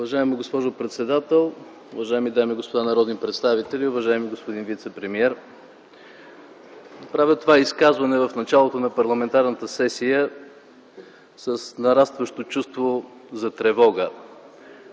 Уважаема госпожо председател, уважаеми дами и господа народни представители, уважаеми господин вицепремиер! Правя това изказване в началото на парламентарната сесия с нарастващо чувство за тревога